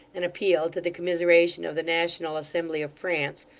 an appeal to the commiseration of the national assembly of france,